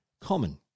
common